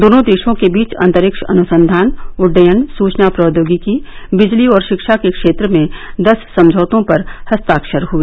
दोनों देशों के बीच अंतरिक्ष अनुसंधान उड्डयन सूचना प्रौद्योगिकी बिजली और शिक्षा क्षेत्र में दस समझौतों पर हस्ताक्षर हुए